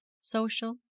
social